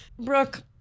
Brooke